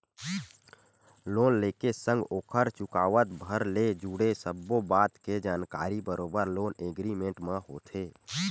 loan ले के संग ओखर चुकावत भर ले जुड़े सब्बो बात के जानकारी बरोबर लोन एग्रीमेंट म होथे